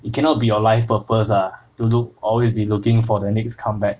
it cannot be your life purpose ah to loo~ to always be looking for the next come back